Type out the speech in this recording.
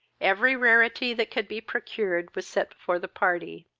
every rarity that could be procured was set before the party.